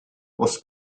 was